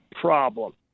problem